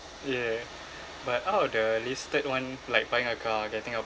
yeah but out of the listed one like buying a car getting a